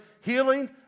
healing